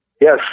yes